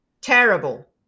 Terrible